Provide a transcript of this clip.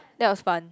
that was fun